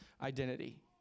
identity